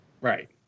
Right